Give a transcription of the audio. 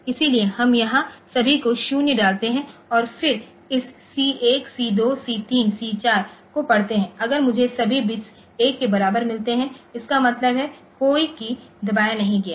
इसलिए हम यहां सभी को 0 डालते हैं और फिर इस सी 1 सी 2 सी 3 सी 4 को पढ़ते हैं अगर मुझे सभी बिट्स 1 के बराबर मिलते हैं इसका मतलब है कोई कीय दबाया नहीं गया है